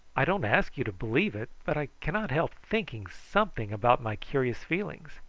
i don't ask you to believe it but i cannot help thinking something about my curious feelings.